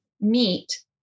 meet